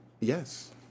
Yes